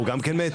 הוא גם כן מת?